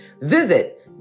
Visit